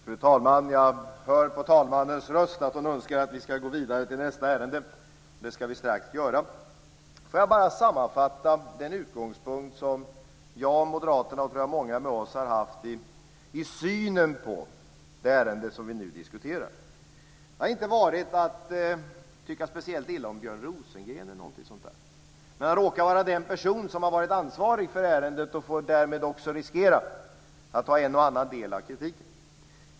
Fru talman! Jag hör på talmannens röst att hon önskar att vi ska gå vidare till nästa ärende. Det ska vi strax göra. Jag vill bara sammanfatta den utgångspunkt som jag, Moderaterna och, tror jag, många med oss har haft i synen på det ärende som vi nu diskuterar. Det har inte varit fråga om att tycka speciellt illa om Björn Rosengren. Han råkar bara vara den person som har varit ansvarig för ärendet och får därmed också riskera att ta en och annan del av kritiken.